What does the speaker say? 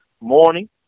morning